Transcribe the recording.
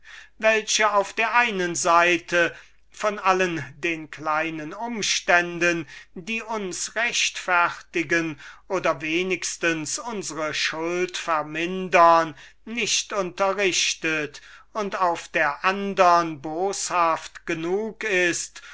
welche auf der einen seite von allen den kleinen umständen die uns rechtfertigen oder wenigstens unsre schuld vermindern könnten nicht unterrichtet und auf der andern seite boshaft genug ist